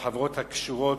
בחברות הקשורות,